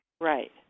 Right